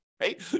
Right